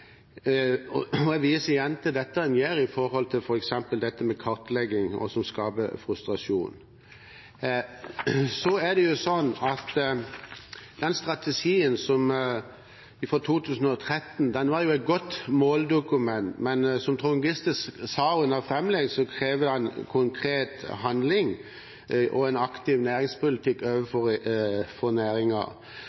næringen. Jeg viser igjen til det en gjør med tanke på f.eks. kartlegging, og som skaper frustrasjon. Strategien for 2013 var et godt måldokument. Men som Trond Giske sa under framleggelsen, krever han konkret handling og en aktiv næringspolitikk for næringen. Så spørsmålet blir hva regjeringens vil bruke av konkrete virkemidler overfor denne næringen. Vil ministeren sørge for